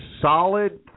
solid